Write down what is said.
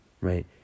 right